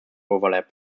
overlap